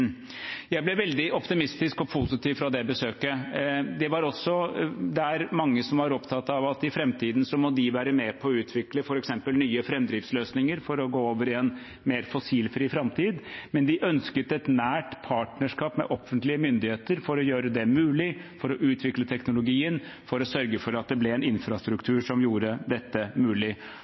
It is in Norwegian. Jeg ble veldig optimistisk og positiv av det besøket. Det var også der mange som var opptatt av at i framtiden må de være med på å utvikle f.eks. nye framdriftsløsninger for å gå over i en mer fossilfri framtid, men de ønsket et nært partnerskap med offentlige myndigheter for å gjøre det mulig, for å utvikle teknologien, for å sørge for at det blir en infrastruktur som gjør dette mulig.